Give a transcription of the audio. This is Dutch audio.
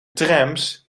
trams